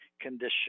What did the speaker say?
condition